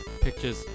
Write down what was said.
pictures